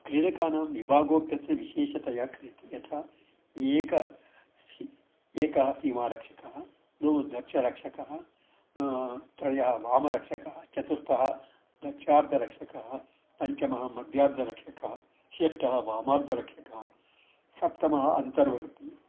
क्रीडकानां विभागोप्यत्र विशेषतया क्रियते यथा एक सि एकः सीमारक्षकः द्वौ दक्षरक्षकः त्रयः वामरक्षकः चतुर्थः दक्षार्धरक्षकः पञ्चमः मध्यार्दरक्षकः षष्टः वामार्धरक्षकः सप्तमः अन्तर्वर्ति